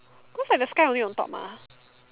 cause like the sky only on top mah